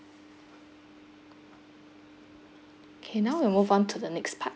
okay now we move on to the next part